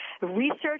Research